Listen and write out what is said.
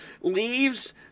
leaves